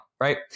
right